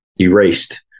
erased